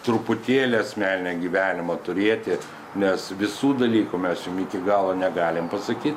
truputėlį asmeninio gyvenimo turėti nes visų dalykų mes jum iki galo negalim pasakyt